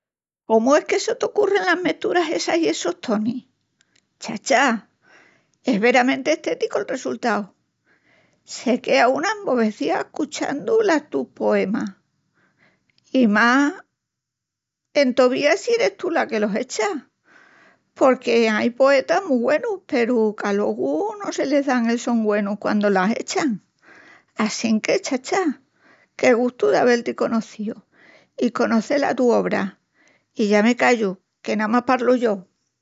...cómu es que se t'ocurrin las mesturas essas i essus tonis? Chacha, es veramenti estéticu el resultau. Se quea una embobecía ascuchandu las tus poemas, i más entovía si eris tú las que los echa. Porque ain poetas mu güenas peru qu'alogu no le dan el son güenu quandu las echan. Assinque, chacha, qué gustu d'avel-ti conocíu i conocel la tu obra. I ya me callu... que namás palru yo.